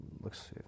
looks